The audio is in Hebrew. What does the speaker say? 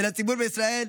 ולציבור בישראל,